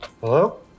Hello